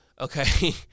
okay